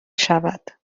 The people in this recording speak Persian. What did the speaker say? شود